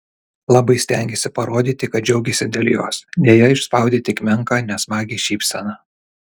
labai stengėsi parodyti kad džiaugiasi dėl jos deja išspaudė tik menką nesmagią šypseną